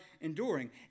enduring